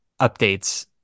updates